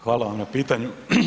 Hvala vam na pitanju.